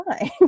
time